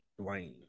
Dwayne